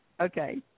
Okay